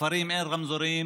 בכפרים אין רמזורים,